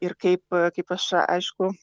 ir kaip kaip aš aišku